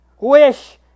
wish